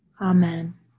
Amen